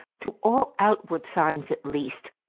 to all outward signs at least,